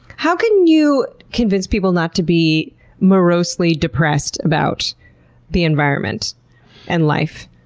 how can you convince people not to be morosely depressed about the environment and life?